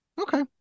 okay